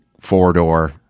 four-door